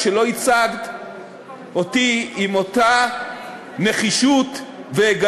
רשות שדות התעופה ממשיכה ותמשיך בתהליך הוספת